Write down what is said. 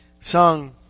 sung